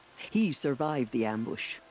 he survived the ambush.